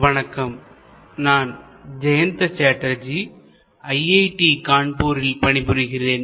வணக்கம் நான் ஜெயந்த சாட்டர்ஜி ஐஐடி கான்பூரில் பணிபுரிகிறேன்